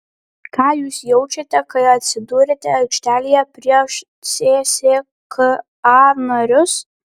ką jūs jaučiate kai atsiduriate aikštelėje prieš cska narius